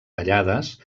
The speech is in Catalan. tallades